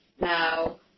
Now